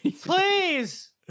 please